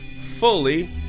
fully